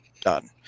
done